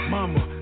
Mama